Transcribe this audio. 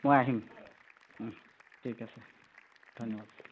মই আহিম ঠিক আছে ধন্যবাদ